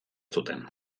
zuten